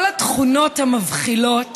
כל התכונות המבחילות